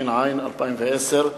התש"ע 2010,